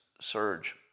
surge